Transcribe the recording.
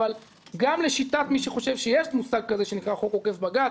אבל גם לשיטת מי שחושב שיש מושג כזה שנקרא "חוק עוקף בג"ץ",